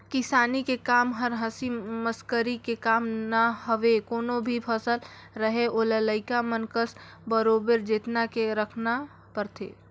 किसानी के कम हर हंसी मसकरी के काम न हवे कोनो भी फसल रहें ओला लइका मन कस बरोबर जेतना के राखना परथे